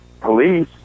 Police